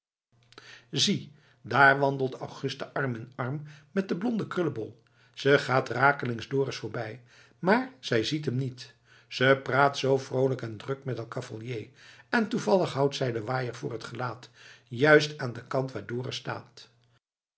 zie daar wandelt augusta arm in arm met den blonden krullebol ze gaat rakelings dorus voorbij maar zij ziet hem niet ze praat zoo vroolijk en druk met haar cavalier en toevallig houdt zij den waaier voor t gelaat juist aan den kant waar dorus staat